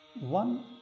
One